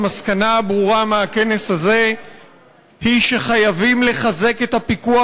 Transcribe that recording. המסקנה הברורה מהכנס הזה היא שחייבים לחזק את הפיקוח